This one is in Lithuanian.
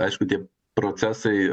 aišku tie procesai